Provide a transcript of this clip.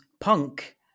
Punk